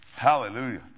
hallelujah